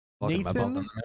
Nathan